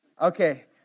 okay